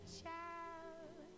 child